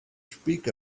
speak